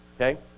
Okay